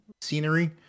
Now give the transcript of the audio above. scenery